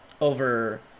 over